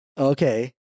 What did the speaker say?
Okay